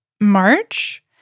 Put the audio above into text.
March